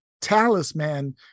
talisman